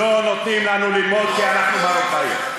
לא נותנים לנו ללמוד כי אנחנו מרוקאיות.